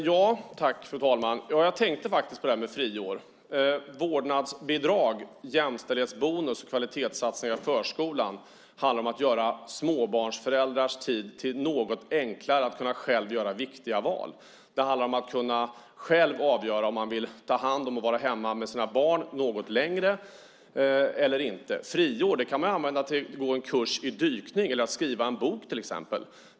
Fru talman! Jag tänkte faktiskt på detta med friår. Vårdnadsbidrag, jämställdhetsbonus och kvalitetssatsningar i förskolan handlar om att göra småbarnsföräldrars tid något enklare, så att de själva kan göra viktiga val. Det handlar om att man själv ska kunna avgöra om man vill vara hemma och ta hand om sina barn något längre eller inte. Friår kan man använda till att gå en kurs i dykning eller att skriva en bok.